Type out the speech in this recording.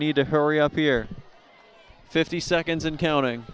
need to hurry up here fifty seconds and counting